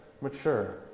mature